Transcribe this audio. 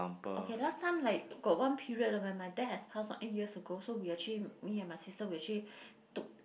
okay last time like got one period uh when my dad has passed on eight years ago so we actually me and my sister we actually took